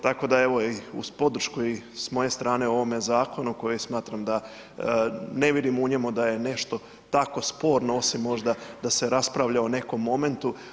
Tako da evo uz podršku i s moje strane ovome zakonu koji smatram da ne vidim u njemu da je nešto tako sporno osim možda se raspravlja o nekom momentu.